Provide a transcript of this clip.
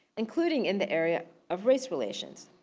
including in the area of race relations.